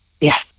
yes